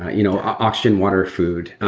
you know oxygen, water food.